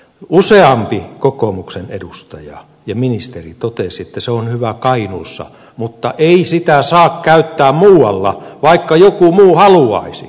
useampi kokoomuksen edustaja ja ministeri totesi että se on hyvä kainuussa mutta ei sitä saa käyttää muualla vaikka joku muu haluaisi